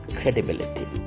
credibility